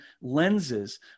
lenses